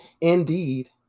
Indeed